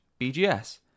BGS